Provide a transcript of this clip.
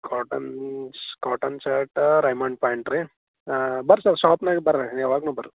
cottons cotton shirt Raymond pant ರೀ ಬರ್ತವೆ ಷಾಪ್ನಾಗ ಬನ್ರಿ ಯಾವಾಗಲೂ ಬರ್ರಿ